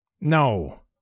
No